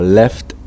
left